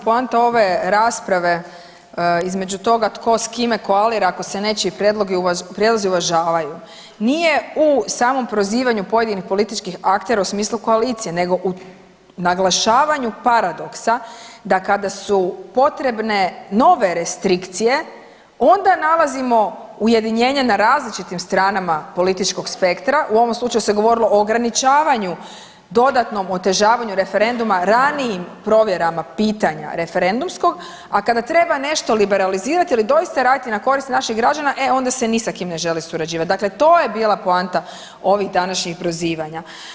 Poanta ove rasprave između toga tko s kime koalira ako se nečiji prijedlozi uvažavaju nije u samom prozivanju pojedinih političkih aktera u smislu koalicije nego u naglašavanju paradoksa da kada su potrebne nove restrikcije onda nalazimo ujedinjenje na različitim stranama političkog spektra, u ovom slučaju se govorilo o ograničavanju, dodatnom otežavanju referenduma ranijim provjerama pitanja referendumskog, a kada treba nešto liberalizirati ili doista raditi na korist naših građana e onda se ni sa kim ne želi surađivat, dakle to je bila poanta ovih današnjih prozivanja.